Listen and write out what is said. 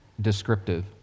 descriptive